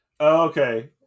Okay